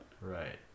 Right